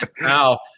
Now